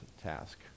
task